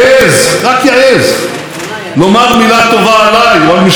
רק יעז לומר מילה אחת טובה עליי או על משפחתי,